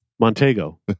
Montego